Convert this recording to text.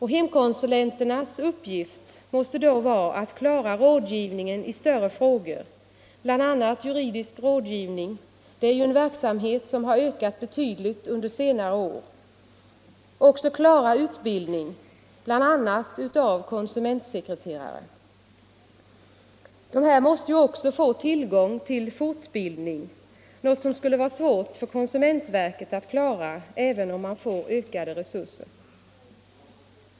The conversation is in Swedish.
Hemkonsulenternas uppgift måste då vara att klara rådgivningen i större frågor, bl.a. juridisk rådgivning — en verksamhet som har ökat betydligt under senare år — samt utbildning bl.a. av konsumentsekreterare. Dessa måste också få tillgång till fortbildning, något som skulle vara svårt för konsumentverket att klara även om verket får ökade resurser.